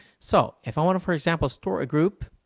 so if i want to, for example, store a group